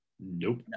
Nope